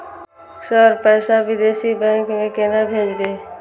Sir पैसा विदेशी bank में केना भेजबे?